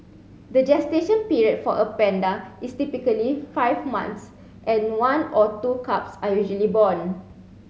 the gestation period for a panda is typically five months and one or two cubs are usually born